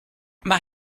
mae